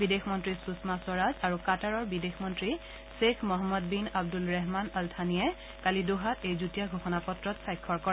বিদেশ মন্ত্ৰী সুষমা স্বৰাজ আৰু কাটাৰৰ বিদেশ মন্ত্ৰী Sheikh Mohammed bin Abdul Rahman Al থানিয়ে কালি দোহাত এই যুটীয়া ঘোষণা পত্ৰত স্বাক্ষৰ কৰে